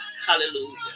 Hallelujah